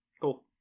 Cool